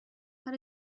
how